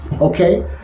Okay